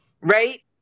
right